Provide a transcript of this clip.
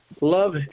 love